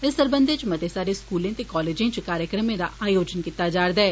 इस सरबंधै च मते सारे स्कूलें ते कालजें च कार्यक्रमें दा आयोजन कीता जा'रदा ऐ